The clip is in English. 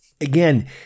again